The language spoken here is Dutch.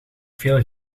veel